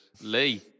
Lee